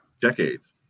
Decades